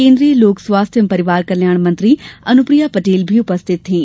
केन्द्रीय लोक स्वास्थ एवं परिवार कल्याण मंत्री अनुप्रिया पटेल भी उपस्थित थीं